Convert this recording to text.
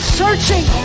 searching